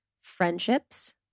friendships